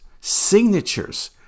signatures